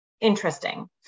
interesting